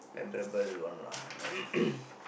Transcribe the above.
memorable one lah